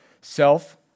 Self